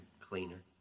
cleaner